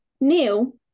Neil